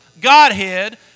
Godhead